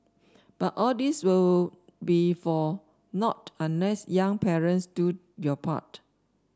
but all this will be for nought unless young parents do your part